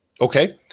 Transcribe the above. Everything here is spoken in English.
Okay